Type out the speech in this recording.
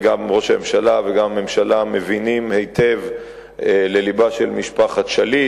גם ראש הממשלה וגם הממשלה מבינים היטב ללבה של משפחת שליט.